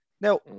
Now